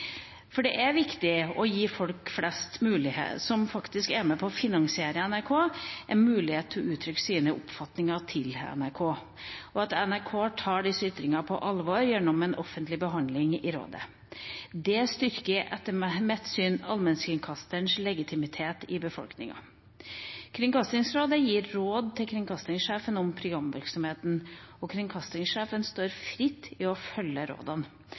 For det er viktig å gi folk flest, som faktisk er med på å finansiere NRK, en mulighet til å uttrykke sine oppfatninger til NRK, og at NRK tar disse ytringene på alvor gjennom en offentlig behandling i rådet. Det styrker etter mitt syn allmennkringkasterens legitimitet i befolkningen. Kringkastingsrådet gir råd til kringkastingssjefen om programvirksomheten, og kringkastingssjefen står fritt til å følge rådene.